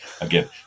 again